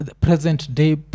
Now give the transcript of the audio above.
present-day